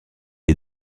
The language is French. est